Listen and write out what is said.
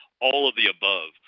all-of-the-above